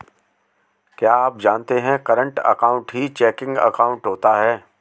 क्या आप जानते है करंट अकाउंट ही चेकिंग अकाउंट होता है